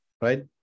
right